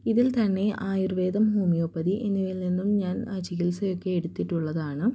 ഇതിൽ തന്നെ ആയുർവേദം ഹോമിയോപ്പതി എന്നിവയിൽ നിന്നും ഞാൻ ചിക്ത്സയൊക്കെ എടുത്തിട്ടുള്ളതാണ്